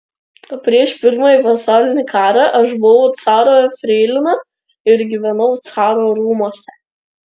prieš pirmąjį pasaulinį karą aš buvau caro freilina ir gyvenau caro rūmuose